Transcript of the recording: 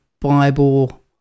Bible